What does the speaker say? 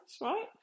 right